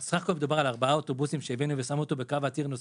מדובר בסך הכול ארבעה אוטובוסים שהבאנו ושמנו בקו עתיר נוסעים,